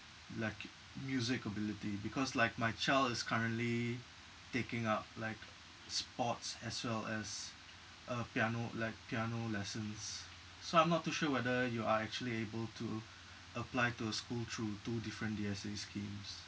like music ability because like my child is currently taking up like sports as well as uh piano like piano lessons so I'm not too sure whether you are actually able to apply to school through two different D_S_A schemes